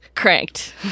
cranked